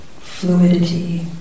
fluidity